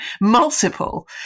multiple